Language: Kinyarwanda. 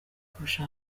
kurusha